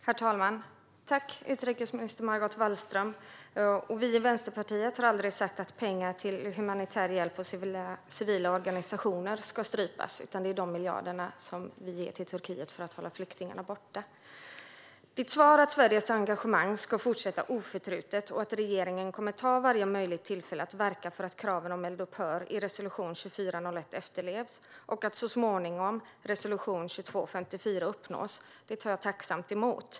Herr talman! Tack, utrikesminister Margot Wallström! Vi i Vänsterpartiet har aldrig ansett att pengar till humanitär hjälp och civila organisationer ska strypas, utan det handlar om de miljarder som vi ger till Turkiet för att hålla flyktingarna borta. Jag tar tacksamt emot ditt svar att Sveriges engagemang ska fortsätta oförtrutet och att regeringen kommer att ta vara på varje möjligt tillfälle att verka för att kraven om eldupphör i resolution 2401 efterlevs samt att målet för resolution 2254 så småningom uppnås.